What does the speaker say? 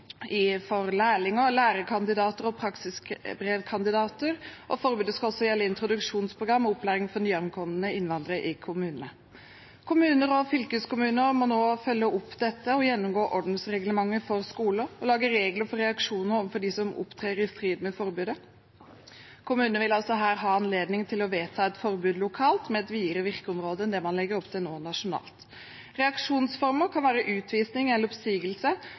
folkehøyskoler, for lærlinger, lærekandidater og praksisbrevkandidater, og forbudet skal også gjelde introduksjonsprogram og opplæring for nyankomne innvandrere i kommunene. Kommuner og fylkeskommuner må nå følge opp dette og gjennomgå ordensreglementet for skoler og lage regler for reaksjoner overfor dem som opptrer i strid med forbudet. Kommunene vil altså her ha anledning til å vedta et forbud lokalt med et videre virkeområde enn det man nå legger opp til nasjonalt. Reaksjonsformer kan være utvisning eller oppsigelse,